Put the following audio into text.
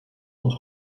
und